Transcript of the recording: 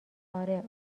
آره